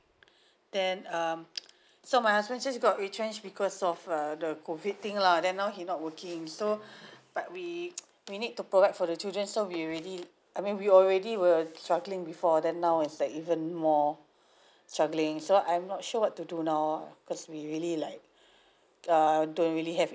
then um so my husband just got retrenched because of uh the COVID thing lah then now he not working so but we we need to provide for the children so we really I mean we already were struggling before then now is like even more struggling so I'm not sure what to do now because we really like err don't really have